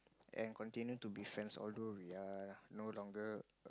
and continue to be friends although we are no longer